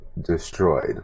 destroyed